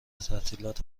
تعطیلات